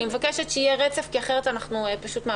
אני מבקשת שיהיה רצף, אחרת אנחנו מאבדים.